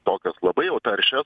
tokios labai jau taršios